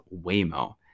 waymo